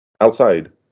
Outside